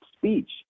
speech